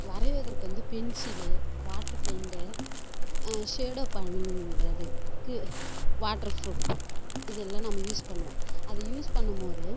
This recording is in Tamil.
வரைவதற்கு வந்து பென்சில் வாட்டரு பெய்ண்டு ஷேடோவ் பண்ணுறதுக்கு வாட்ரு ப்ரூஃப் இதையெல்லாம் நம்ம யூஸ் பண்ணுவோம் அதை யூஸ் பண்ணும்போதே